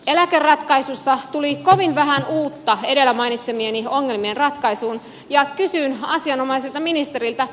eläkeratkaisussa tuli kovin vähän uutta edellä mainitsemieni ongelmien ratkaisuun ja kysyn asianomaiselta ministeriltä